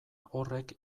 horrek